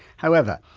however,